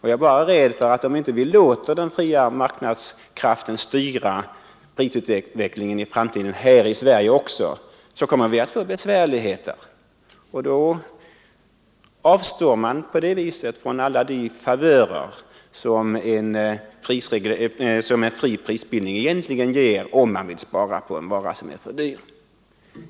Jag är bara rädd för att om vi inte låter den fria marknadskraften styra prisutvecklingen i framtiden också här i Sverige, kommer vi att få besvärligheter. På det viset avstår man från alla de favörer som en fri prisbildning egentligen ger om man vill spara på en råvara som är för dyr.